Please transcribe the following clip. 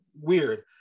weird